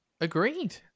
Agreed